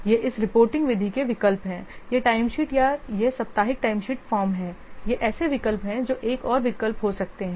ये इस रिपोर्टिंग विधि के विकल्प हैं यह टाइमशीट या यह साप्ताहिक टाइमशीट फ़ॉर्म है ये ऐसे विकल्प हैं जो एक और विकल्प हो सकते हैं